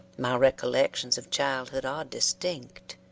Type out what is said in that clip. my recollections of childhood are distinct,